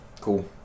Cool